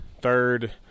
third